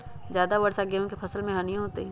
ज्यादा वर्षा गेंहू के फसल मे हानियों होतेई?